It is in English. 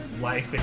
life